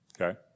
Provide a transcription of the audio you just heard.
Okay